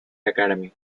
academy